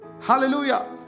hallelujah